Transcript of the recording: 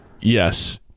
yes